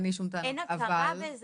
אין לי שום טענות -- אין הכרה בזה,